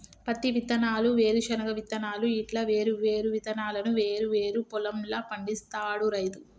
పత్తి విత్తనాలు, వేరుశన విత్తనాలు ఇట్లా వేరు వేరు విత్తనాలను వేరు వేరు పొలం ల పండిస్తాడు రైతు